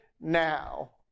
now